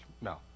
No